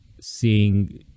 seeing